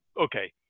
okay